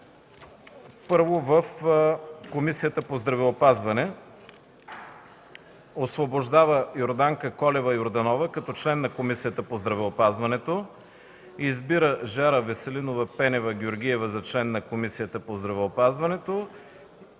Първо в Комисията по здравеопазване. „1. Освобождава Йорданка Колева Йорданова като член на Комисията по здравеопазването. 2. Избира Жара Веселинова Пенева-Георгиева за член на Комисията по здравеопазването.